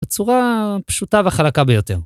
בצורה פשוטה וחלקה ביותר.